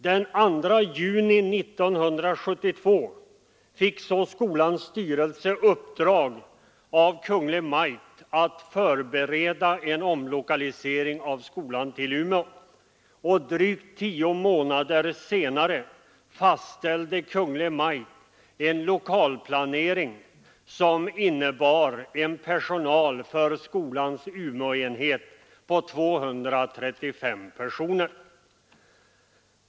Den 2 juni 1972 fick så skolans styrelse i uppdrag av Kungl. Maj:t att förbereda en omlokalisering av skolan till Umeå. Drygt tio månader senare fastställde Kungl. Maj:t en lokalplanering som innebar en personal för skolans Umeåenhet på 235 personer.